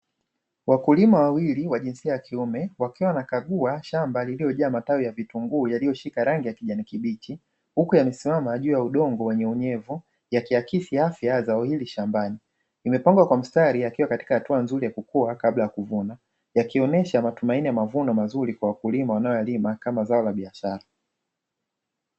Wakulima wawili wa njinsia ya kiume, wakiwa wanakagua shamba lililojaa matawi ya vitunguu, yaliyoshika rangi ya kijani kibichi, huku yamesimama juu ya udongo wenye unyevu, yakiakisi afya ya zao hili shambani. Yamepangwa kwa mstari yakiwa katika hatua nzuri ya kukua kabla ya kuvuna, yakionesha matumaini ya mavuno mazuri kwa wakulima wanaoyalima kama zao la biashara.